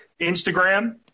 Instagram